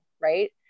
Right